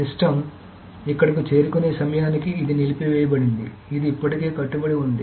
system ఇక్కడకు చేరుకునే సమయానికి ఇది నిలిపివేయబడింది అది ఇప్పటికే కట్టుబడి ఉంది